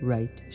Right